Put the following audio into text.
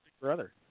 brother